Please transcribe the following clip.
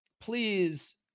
please